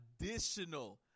additional